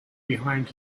behind